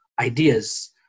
ideas